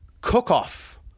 Cook-off